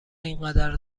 اینقدر